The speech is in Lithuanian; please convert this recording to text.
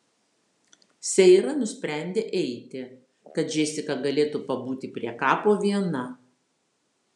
seira nusprendė eiti kad džesika galėtų pabūti prie kapo viena